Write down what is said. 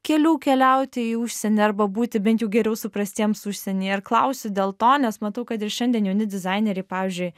kelių keliauti į užsienį arba būti bent jau geriau suprastiems užsienyje ir klausiu dėl to nes matau kad ir šiandien jauni dizaineriai pavyzdžiui